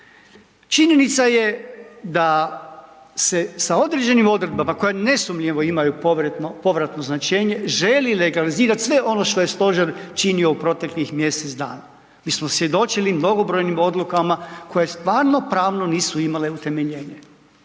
Činjenica je da se sa određenim odredbama koje nesumnjivo imaju povratno značenje želi legalizirat sve ono što je stožer činio u proteklih mjesec dana. Mi smo svjedočili mnogobrojnim odlukama koje stvarno pravno nisu imale utemeljenje,